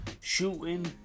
shooting